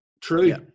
True